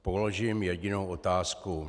Položím jedinou otázku.